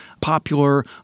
popular